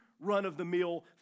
run-of-the-mill